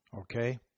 Okay